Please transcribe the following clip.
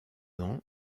ans